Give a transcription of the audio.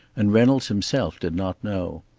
and reynolds himself did not know.